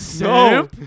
No